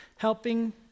helping